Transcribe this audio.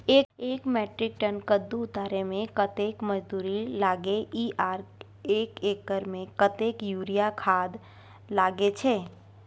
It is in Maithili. एक मेट्रिक टन कद्दू उतारे में कतेक मजदूरी लागे इ आर एक एकर में कतेक यूरिया खाद लागे छै?